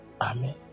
Amen